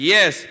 Yes